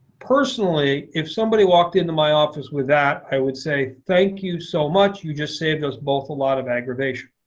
personally, if somebody walked into my office with that, i would say thank you so much. you just saved us both a lot of aggravation.